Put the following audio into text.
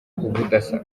ubudasa